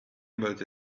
about